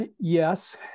Yes